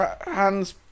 Hands